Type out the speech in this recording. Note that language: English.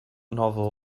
novel